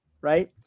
Right